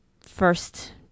first